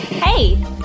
Hey